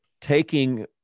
taking